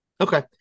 Okay